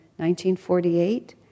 1948